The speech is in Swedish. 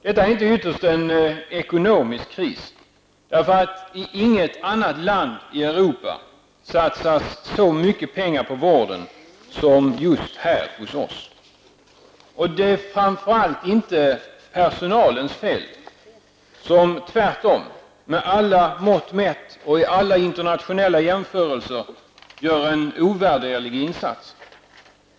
Det är inte ytterst en ekonomisk kris -- därför att i inget annat land i Europa satsas så mycket pengar på vården som just här hos oss. Den är framför allt inte personalens fel: den gör tvärtom, med alla mått mätt och i alla internationella jämförelser, en ovärderlig insats.